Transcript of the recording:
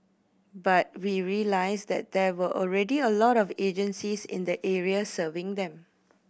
but we realised that there were already a lot of agencies in the area serving them